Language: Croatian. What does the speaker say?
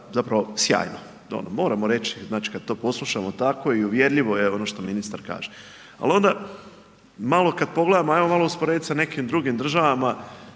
zapravo sjajno. Ono moram reći, znači kada to poslušamo tamo i uvjerljivo je ono što ministar kaže. Ali onda, malo kad pogledamo, ajmo malo usporediti sa nekim drugim državama